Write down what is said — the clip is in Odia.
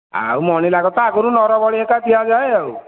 ଆଉ ମଣିନାଗ ତ ଆଗରୁ ନର ବଳି ହେରିକା ଦିଆଯାଏ ଆଉ